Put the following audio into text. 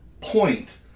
point